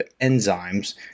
enzymes